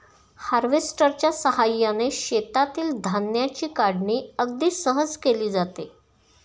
हार्वेस्टरच्या साहाय्याने शेतातील धान्याची काढणी अगदी सहज केली जाते